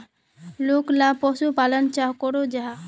लोकला पशुपालन चाँ करो जाहा?